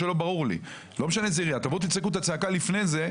היא צריכה להימשך לתקופה יותר ארוכה וצריך הרבה כסף פה.